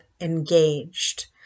engaged